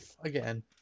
again